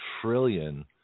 trillion